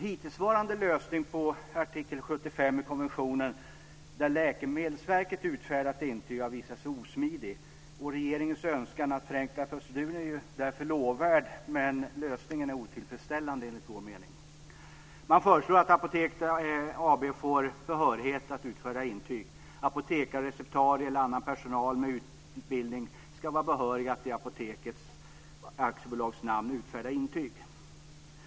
Hittillsvarande lösning när det gäller artikel 75 i konventionen där det är Läkemedelsverket som har utfärdat intyget har visat sig osmidig. Regeringens önskan att förenkla proceduren är därför lovvärd, men lösningen är otillfredsställande, enligt vår mening. Man förslår att företaget Apoteket AB får ska få behörighet att utfärda intyg. Apotekare eller receptarie och även annan personal ska efter utbildning vara behöriga att i Apoteket AB:s namn utfärda intyg.